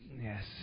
Yes